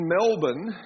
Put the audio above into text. Melbourne